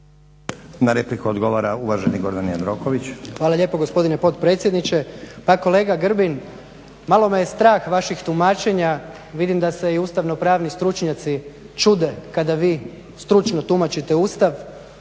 Jandroković. **Jandroković, Gordan (HDZ)** Hvala lijepo gospodine potpredsjedniče. Pa kolega Grbin, malo me je strah vaših tumačenja. Vidim da se i ustavno-pravni stručnjaci čude kada vi stručno tumačite Ustav,